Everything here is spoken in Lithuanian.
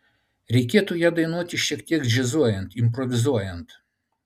reikėtų ją dainuoti šiek tiek džiazuojant improvizuojant